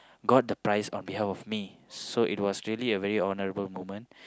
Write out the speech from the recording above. got the prize on behalf of me so it was really a very honorable moment